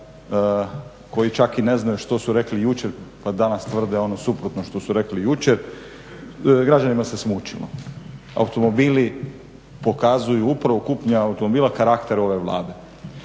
koji čak i ne znaju što su rekli jučer, pa danas tvrde ono suprotno što su rekli jučer. Građanima se smučilo. Automobili pokazuju, upravo kupnja automobila karakter ove Vlade.